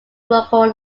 local